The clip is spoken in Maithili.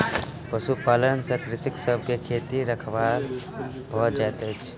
पशुपालन से कृषक सभ के खेती के रखवाली भ जाइत अछि